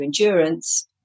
endurance